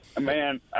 man